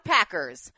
Packers